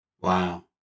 Wow